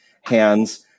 hands